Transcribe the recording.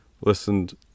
listened